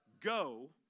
Go